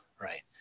right